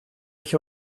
mich